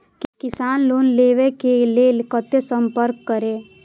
किसान लोन लेवा के लेल कते संपर्क करें?